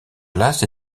glace